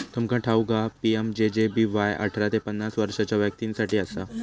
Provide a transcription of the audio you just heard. तुमका ठाऊक हा पी.एम.जे.जे.बी.वाय अठरा ते पन्नास वर्षाच्या व्यक्तीं साठी असा